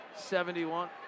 71